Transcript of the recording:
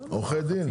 עורכי דין?